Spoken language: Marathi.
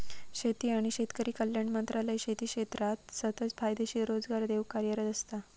शेती आणि शेतकरी कल्याण मंत्रालय शेती क्षेत्राक सतत फायदेशीर रोजगार देऊक कार्यरत असता